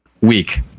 week